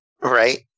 Right